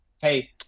hey